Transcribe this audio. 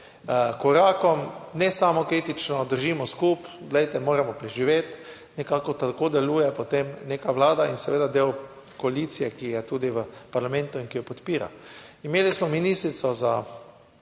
korakom, ne samo kritično, držimo skupaj, glejte, moramo preživeti. Nekako tako deluje potem neka vlada in seveda del koalicije, ki je tudi v parlamentu in ki jo podpira. Imeli smo ministrico za